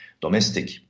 domestic